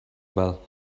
well